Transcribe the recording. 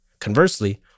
Conversely